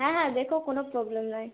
হ্যাঁ হ্যাঁ দেখো কোনো প্রবলেম নাই